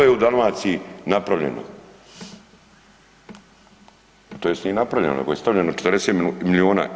To je u Dalmaciji napravljeno, tj. nije napravljeno nego je stavljeno 40 milijuna.